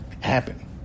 happen